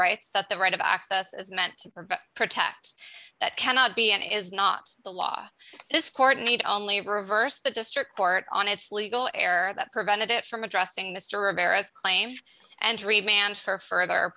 rights that the right of access is meant to protect that cannot be and is not the law this court need only reverse the district court on its legal error that prevented it from addressing this tour of paris claims and three man for further